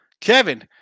Kevin